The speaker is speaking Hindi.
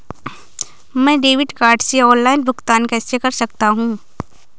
मैं डेबिट कार्ड से ऑनलाइन भुगतान कैसे कर सकता हूँ?